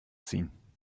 ziehen